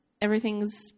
Everything's